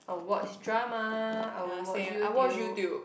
I'll watch drama I'll watch YouTube